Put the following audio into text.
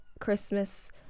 Christmas